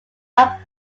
are